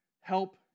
Help